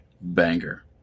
banger